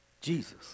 Jesus